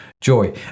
joy